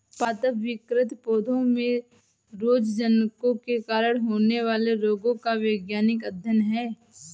पादप विकृति पौधों में रोगजनकों के कारण होने वाले रोगों का वैज्ञानिक अध्ययन है